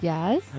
，Yes，